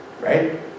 right